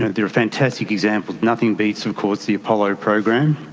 there are fantastic examples. nothing beats of course the apollo program,